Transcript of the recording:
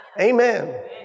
Amen